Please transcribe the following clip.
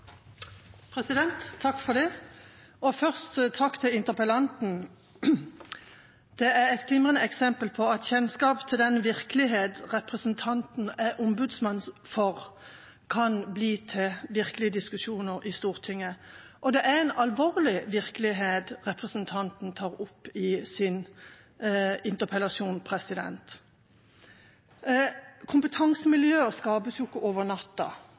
er et glimrende eksempel på at kjennskap til den virkelighet representanten er ombudsmann for, kan bli til virkelige diskusjoner i Stortinget. Det er en alvorlig virkelighet representanten tar opp i sin interpellasjon. Kompetansemiljøer skapes ikke over